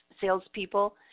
salespeople